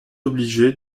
obligée